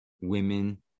Women